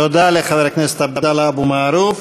תודה לחבר הכנסת עבדאללה אבו מערוף.